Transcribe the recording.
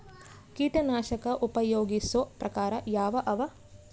ಕೀಟನಾಶಕ ಉಪಯೋಗಿಸೊ ಪ್ರಕಾರ ಯಾವ ಅವ?